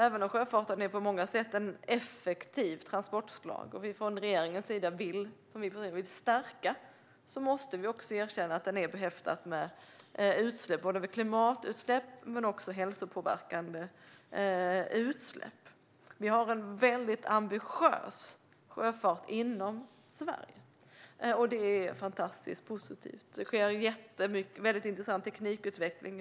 Även om sjöfarten på många sätt är ett effektivt transportslag och vi från regeringens sida vill stärka den måste vi också erkänna att den är behäftad med utsläpp både när det gäller klimat och sådant som är hälsopåverkande. Vi har en väldigt ambitiös sjöfart inom Sverige, och det är fantastiskt positivt. Det sker jättemycket, bland annat en väldigt intressant teknikutveckling.